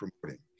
promoting